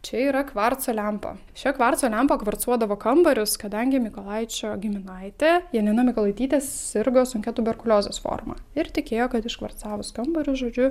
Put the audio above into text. čia yra kvarco lempa šia kvarco lempa kvarcuodavo kambarius kadangi mykolaičio giminaitė janina mykolaitytė sirgo sunkia tuberkuliozės forma ir tikėjo kad iškvarcavus kambarius žodžiu